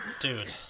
Dude